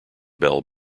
bell